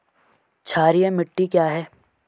क्षारीय मिट्टी क्या है?